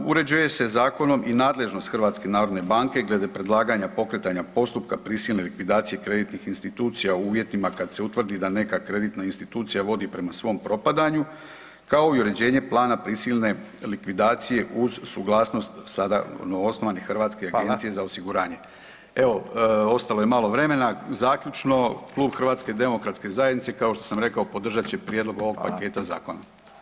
Uređuje se zakonom i nadležnost HNB-a glede predlaganja pokretanja postupka prisilne likvidacije kreditnih institucija u uvjetima kad se utvrdi da neka kreditna institucija vodi prema svom propadanju kao i uređenje plana prisilne likvidacije uz suglasnost sada novoosnovane Hrvatske agencije za osiguranje [[Upadica Radin: Hvala.]] Evo ostalo je malo vremena, zaključno klub HDZ-a kao što sam rekao podržat će prijedlog ovog paketa zakona.